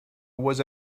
was